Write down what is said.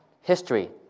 history